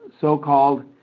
so-called